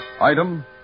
Item